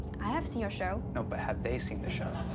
i have seen your show. no, but have they seen the show?